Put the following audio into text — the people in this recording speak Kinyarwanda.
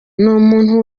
umuntu